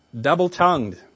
double-tongued